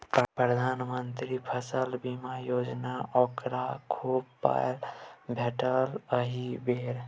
प्रधानमंत्री फसल बीमा योजनासँ ओकरा खूब पाय भेटलै एहि बेर